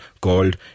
called